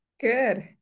Good